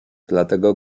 dlatego